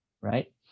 right